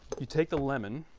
you take the lemon